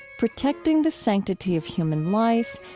protecting the sanctity of human life,